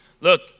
Look